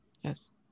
Yes